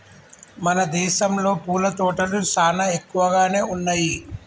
మన దేసంలో పూల తోటలు చానా ఎక్కువగానే ఉన్నయ్యి